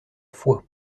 foix